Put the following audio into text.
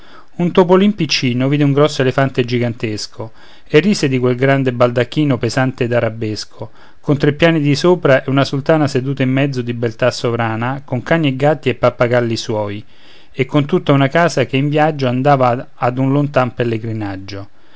un topolin piccino vide un grosso elefante gigantesco e rise di quel grande baldacchino pesante ed arabesco con tre piani di sopra e una sultana seduta in mezzo di beltà sovrana con cani e gatti e pappagalli suoi e con tutta una casa che in viaggio andava ad un lontan pellegrinaggio